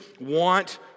want